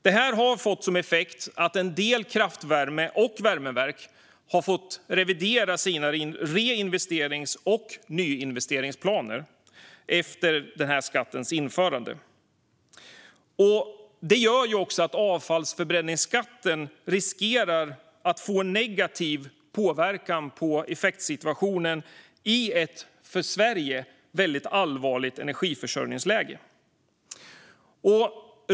Detta har fått som effekt att en del kraftvärme och värmeverk har fått revidera sina reinvesterings och nyinvesteringsplaner efter skattens införande. Det gör att avfallsförbränningsskatten riskerar att få en negativ påverkan på effektsituationen i ett för Sverige väldigt allvarligt energiförsörjningsläge.